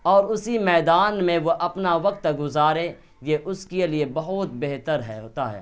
اور اسی میدان میں وہ اپنا وقت گزارے یہ اس کے لیے بہت بہتر ہے ہوتا ہے